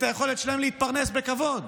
את היכולת שלהם להתפרנס בכבוד.